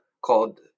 called